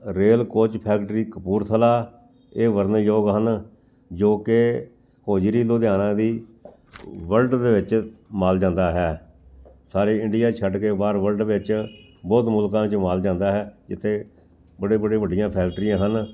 rail coach factory Kapurthala ਇਹ ਵਰਨਣਯੋਗ ਹਨ ਜੋ ਕਿ ਹੋਜਰੀ ਲੁਧਿਆਣਾ ਦੀ ਵਰਲਡ ਦੇ ਵਿੱਚ ਮਾਲ ਜਾਂਦਾ ਹੈ ਸਾਰੇ ਇੰਡੀਆ ਛੱਡ ਕੇ ਬਾਹਰ ਵਰਲਡ ਵਿੱਚ ਬਹੁਤ ਮੁਲਕਾਂ 'ਚ ਮਾਲ ਜਾਂਦਾ ਹੈ ਜਿੱਥੇ ਬੜੇ ਬੜੇ ਵੱਡੀਆਂ ਫੈਕਟਰੀਆਂ ਹਨ